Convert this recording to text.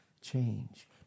Change